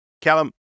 Callum